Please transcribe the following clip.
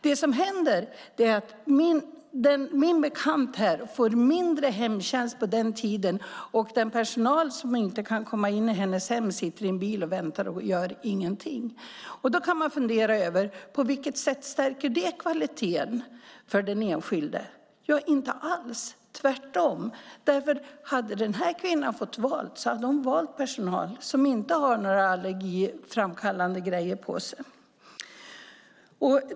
Det som händer är att min bekant får mindre hemtjänst under denna tid, och den personal som inte kan komma in i hennes hem sitter i en bil och väntar och gör ingenting. Då kan man fundera över på vilket sätt det stärker kvaliteten för den enskilde. Inte alls, anser jag. Det är tvärtom. Hade denna kvinna fått välja hade hon valt personal som inte har hundhår eller annat som är allergiframkallande på sig.